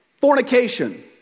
Fornication